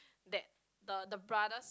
that the the brothers